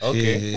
Okay